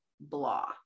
blah